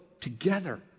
together